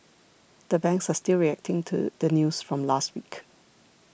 the banks are still reacting to the news from last week